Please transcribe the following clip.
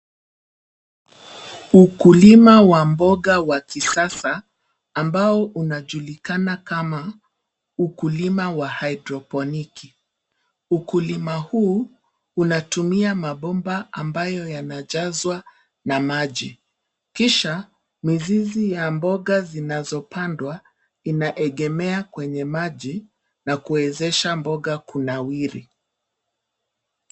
Ukulima wa mboga wa kisasa ambao unajulikana kama ukulima wa haidroponiki. Ukulima huu unatumia mabomba ambayo yanajazwa na maji kisha mizizi ya mboga zinazopandwa inaegemea kwenye maji na kuwezesha mboga kunawiri.